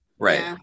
Right